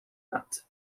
hat